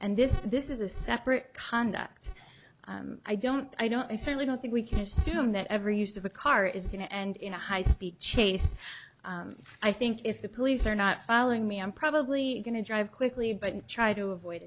and this this is a separate conduct i don't i don't i certainly don't think we can assume that every use of a car is going and in a high speed chase i think if the police are not following me i'm probably going to drive quickly but try to avoid